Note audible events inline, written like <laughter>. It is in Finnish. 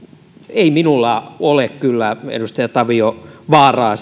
ei minulla ole kyllä edustaja tavio vaaraa <unintelligible>